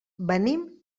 venim